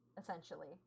essentially